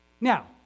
Now